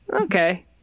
Okay